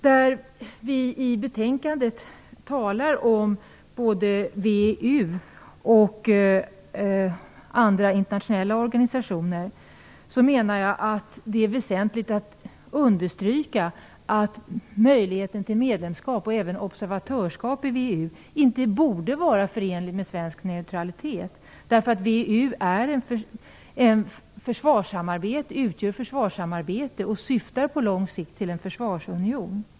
Där vi i betänkandet talar om både VEU och andra internationella organisationer menar jag att det är väsentligt att understryka att möjligheten till medlemskap och även till observatörsskap i VEU inte borde vara förenlig med svensk neutralitet. VEU utgör ett försvarssamarbete och syftar på lång sikt till en försvarsunion.